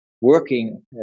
working